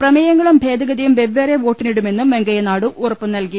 പ്രമേയങ്ങളും ഭേദഗതിയും വെവ്വേറെ വോട്ടിനിടുമെന്നും വെങ്കയ്യനായിഡു ഉറപ്പുനൽകി